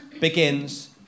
begins